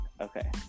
okay